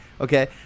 okay